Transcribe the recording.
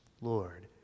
Lord